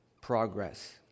progress